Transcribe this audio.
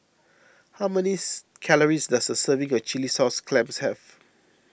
how many calories does a serving of Chilli Sauce Clams have